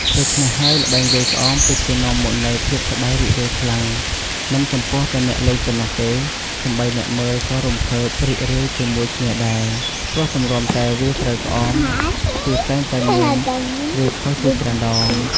ដូច្នេះហើយ ល្បែងវាយក្អមពិតជានាំមកនូវភាពសប្បាយរីករាយខ្លាំង មិនចំពោះតែអ្នកលេងប៉ុណ្ណោះទេ សូម្បីអ្នកមើលក៏រំភើបរីករាយជាមួយគ្នាដែរ ព្រោះទម្រាំតែវាយត្រូវក្អមគឺ តែងតែមានវាយខុសជាច្រើនដង។